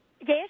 Yes